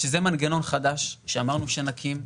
זה מנגנון חדש שאמרנו שנקים.